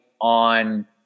on